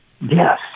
Yes